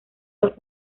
los